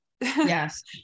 Yes